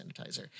sanitizer